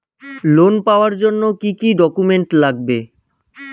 Loan পাওয়ার জন্যে কি কি ডকুমেন্ট লাগবে?